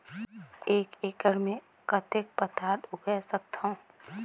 एक एकड़ मे कतेक पताल उगाय सकथव?